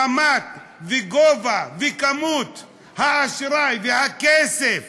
רמת וגובה וכמות האשראי והכסף